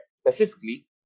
specifically